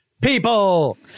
People